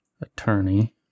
attorney